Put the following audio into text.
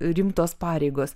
rimtos pareigos